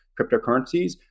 cryptocurrencies